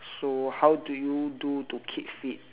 so how do you do to keep fit